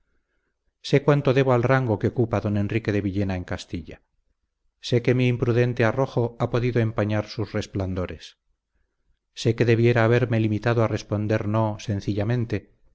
sé cuánto debo al rango que ocupa don enrique de villena en castilla sé que mi imprudente arrojo ha podido empañar sus resplandores sé que debiera haberme limitado a responder no sencillamente